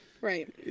Right